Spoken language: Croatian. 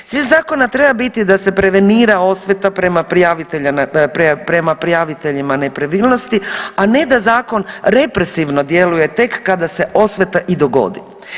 Cilj zakona treba biti da se prevenira osveta prema prijaviteljima nepravilnosti, a ne da zakon represivno djeluje tek kada se osveta i dogodi.